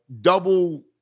double